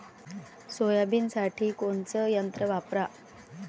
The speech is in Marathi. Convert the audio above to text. सोयाबीनसाठी कोनचं यंत्र वापरा?